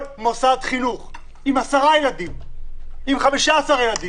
כל מוסד חינוך עם 10 ילדים, עם 15 ילדים,